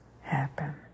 happen